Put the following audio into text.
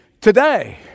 today